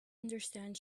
understand